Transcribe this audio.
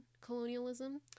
colonialism